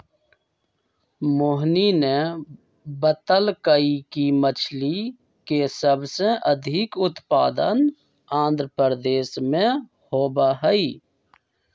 मोहिनी ने बतल कई कि मछ्ली के सबसे अधिक उत्पादन आंध्रप्रदेश में होबा हई